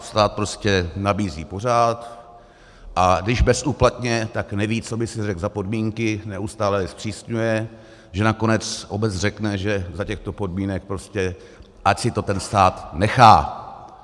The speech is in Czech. Stát prostě nabízí pořád, a když bezúplatně, tak neví, co by si řekl za podmínky, neustále je zpřísňuje, že nakonec obec řekne, že za těchto podmínek prostě ať si to ten stát nechá.